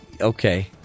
Okay